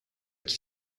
qui